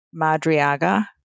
Madriaga